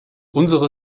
unserer